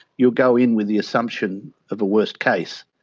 you'll go in with the assumption of a worst case.